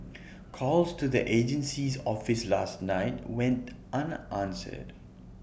calls to the agency's office last night went unanswered